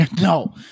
No